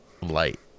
light